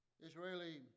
Israeli